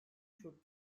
çok